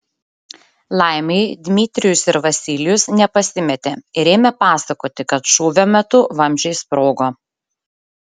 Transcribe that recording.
laimei dmitrijus ir vasilijus nepasimetė ir ėmė pasakoti kad šūvio metu vamzdžiai sprogo